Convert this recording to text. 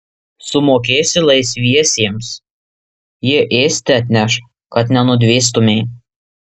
sumokėsi laisviesiems jie ėsti atneš kad nenudvėstumei